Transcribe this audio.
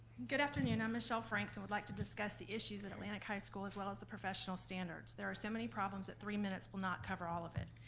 good afternoon. i'm michelle franks and i would like to discuss the issues at atlantic high school as well as the professional standards. there are so many problems that three minutes will not cover all of it,